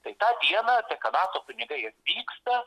tai tą dieną dekanato kunigai atvyksta